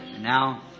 Now